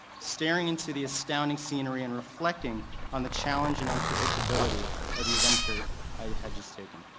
staring into the astounding scenery and reflecting on the challenge and unpredictability of the adventure i had just taken,